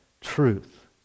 truth